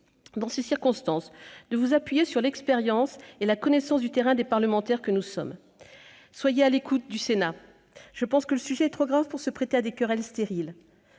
qu'à l'ordinaire, de vous appuyer sur l'expérience et la connaissance du terrain des parlementaires que nous sommes. Soyez à l'écoute du Sénat ! Je pense que le sujet est trop grave pour se prêter à des querelles stériles.